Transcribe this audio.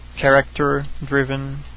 character-driven